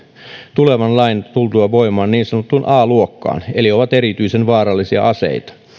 tulevan lain tultua voimaan niin sanottuun a luokkaan eli ovat erityisen vaarallisia aseita